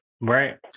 Right